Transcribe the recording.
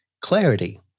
clarity